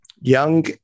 young